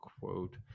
quote